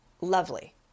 lovely